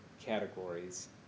categories